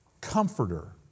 Comforter